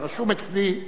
אתה רשום אצלי.